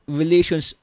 relations